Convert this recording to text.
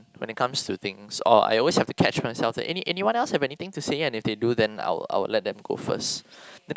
when it comes to things or I always have to catch myself any anyone else have anything to say and if they do then I will I will let them go first because